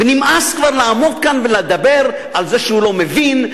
ונמאס לעמוד כאן ולדבר על זה שהוא לא מבין,